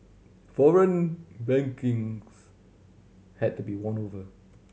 foreign bankings had to be won over